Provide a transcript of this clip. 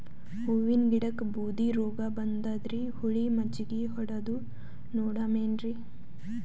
ಹೂವಿನ ಗಿಡಕ್ಕ ಬೂದಿ ರೋಗಬಂದದರಿ, ಹುಳಿ ಮಜ್ಜಗಿ ಹೊಡದು ನೋಡಮ ಏನ್ರೀ?